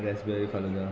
raspberry falooda